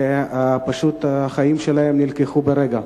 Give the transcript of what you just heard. ופשוט, החיים שלהם נלקחו ברגע.